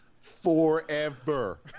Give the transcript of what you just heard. forever